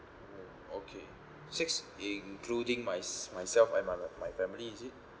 oh okay six including mys~ myself and my my my family is it